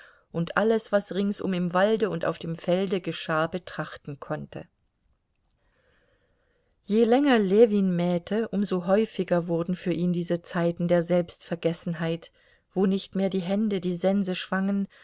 und alles was ringsum im walde und auf dem felde geschah betrachten konnte je länger ljewin mähte um so häufiger wurden für ihn diese zeiten der selbstvergessenheit wo nicht mehr die hände die sense schwangen